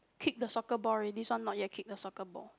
kick the soccer ball already this one not yet kick the soccer ball